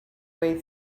way